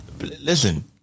Listen